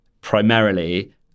primarily